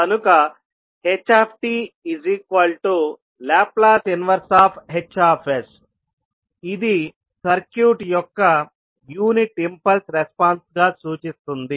కనుక htL 1H ఇది circuit యొక్క యూనిట్ ఇంపల్స్ రెస్పాన్స్ గా సూచిస్తుంది